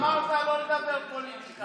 אמרת לא לדבר פוליטיקה,